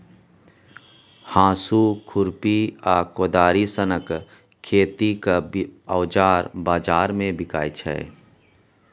हाँसु, खुरपी आ कोदारि सनक खेतीक औजार बजार मे बिकाइ छै